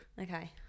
Okay